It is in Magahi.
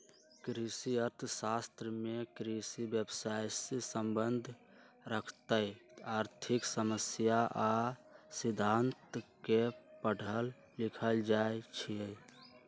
कृषि अर्थ शास्त्र में कृषि व्यवसायसे सम्बन्ध रखैत आर्थिक समस्या आ सिद्धांत के पढ़ल लिखल जाइ छइ